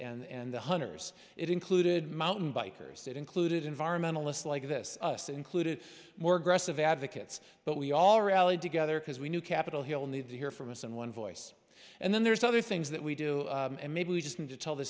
the hunters it included mountain bikers that included environmentalist like this us included more aggressive advocates but we all rallied together because we knew capitol hill need to hear from us in one voice and then there's other things that we do and maybe we just need to tell the